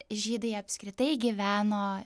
žydai apskritai gyveno